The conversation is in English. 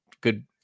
good